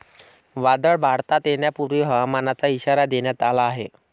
वादळ भारतात येण्यापूर्वी हवामानाचा इशारा देण्यात आला आहे